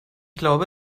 glaube